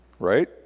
Right